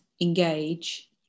engage